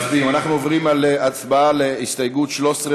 אנחנו עוברים להצבעה על הסתייגות 13,